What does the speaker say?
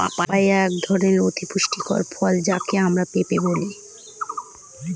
papaya একধরনের অতি পুষ্টিকর ফল যাকে আমরা পেঁপে বলি